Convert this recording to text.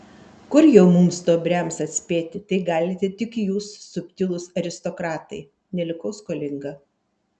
kur jau mums stuobriams atspėti tai galite tik jūs subtilūs aristokratai nelikau skolinga